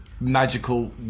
Magical